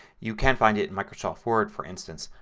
you can find it in microsoft word, for instance.